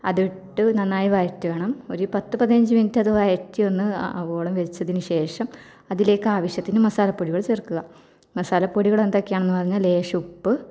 അതിട്ട് നന്നായി വയറ്റണം ഒരു പത്ത് പതിനഞ്ച് മിനിറ്റ് അത് വയറ്റിയൊന്ന് ആകുവോളം വെച്ചതിന് ശേഷം അതിലേക്ക് ആവശ്യത്തിന് മസാലപ്പൊടികൾ ചേർക്കുക മസാലപ്പൊടികൾ എന്തൊക്കെയാണെന്ന് പറഞ്ഞാല് ലേശം ഉപ്പ്